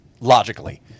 logically